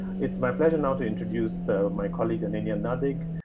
it's my pleasure now to introduce so my colleague aninia nadig,